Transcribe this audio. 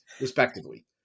respectively